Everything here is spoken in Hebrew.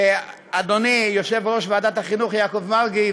אדוני יושב-ראש ועדת החינוך יעקב מרגי,